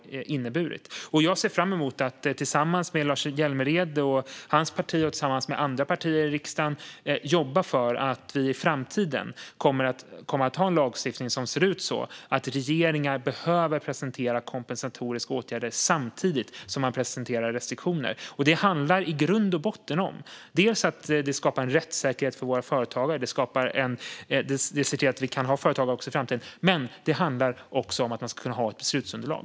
Jag ser fram emot att tillsammans med Lars Hjälmered och hans parti och andra partier i riksdagen jobba för att vi i framtiden ska få en lagstiftning som innebär att regeringar behöver presentera kompensatoriska åtgärder samtidigt som de presenterar restriktioner. Det handlar i grund och botten dels om att det skapar en rättssäkerhet för våra företagare och ser till att vi kan ha företag också i framtiden, dels om att man ska kunna ha ett beslutsunderlag.